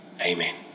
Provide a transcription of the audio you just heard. amen